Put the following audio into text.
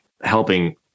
helping